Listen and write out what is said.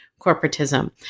corporatism